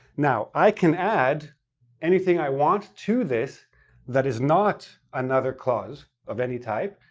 now, i can add anything i want to this that is not another clause of any type,